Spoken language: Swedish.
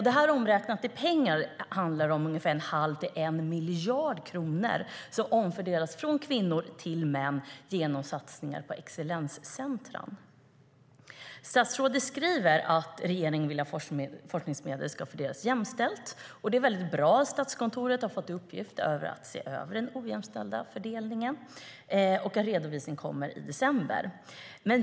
Detta omräknat i pengar handlar om ungefär en halv till en miljard kronor som omfördelas från kvinnor till män genom satsningar på excellenscentrum. Statsrådet skriver att regeringen vill att forskningsmedel ska fördelas jämställt. Det är väldigt bra att Statskontoret har fått i uppgift att se över den ojämställda fördelningen och att den redovisningen kommer i december.